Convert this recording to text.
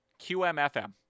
QMFM